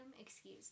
excuse